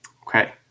Okay